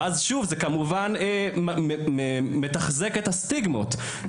וזה, כמובן, מתחזק את הסטיגמות.